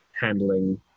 handling